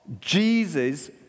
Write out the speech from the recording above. Jesus